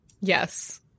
Yes